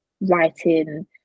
writing